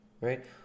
right